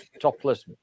topless